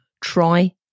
Try